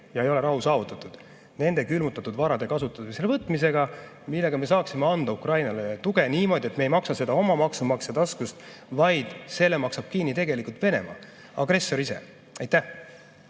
ja ei ole rahu saavutatud. Nende külmutatud varade kasutusele võtmisega me saaksime anda Ukrainale tuge niimoodi, et me ei maksa seda oma maksumaksja taskust, vaid selle maksab kinni tegelikult Venemaa, agressor ise. Aitäh!